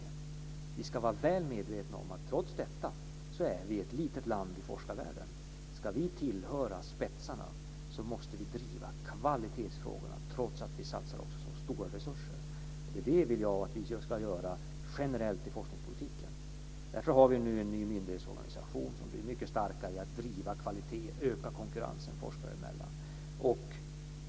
Men vi ska vara väl medvetna om att Sverige trots detta är ett litet land i forskarvärlden. För att vi ska tillhöra "spetsarna" måste vi driva kvalitetsfrågorna, även om vi också satsar mycket stora resurser. Det vill jag att vi ska göra generellt i forskningspolitiken. Därför har vi nu en ny myndighetsorganisation som blir mycket starkare när det gäller att driva kvaliteten och öka konkurrensen forskare emellan.